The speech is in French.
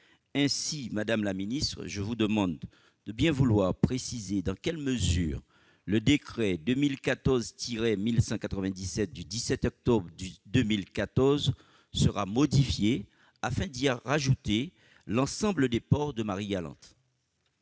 Ainsi, madame la secrétaire d'État, je vous demande de bien vouloir préciser dans quelle mesure le décret n° 2014-1197 du 17 octobre 2014 sera modifié afin d'y ajouter l'ensemble des ports de Marie-Galante.